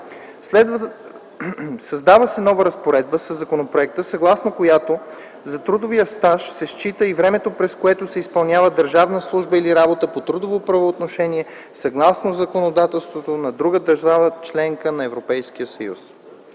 Създава се нова разпоредба със законопроекта, съгласно която за трудов стаж се счита и времето, през което се изпълнява държавна служба или работа по трудово правоотношение, съгласно законодателството на друга държава – членка на Европейския съюз.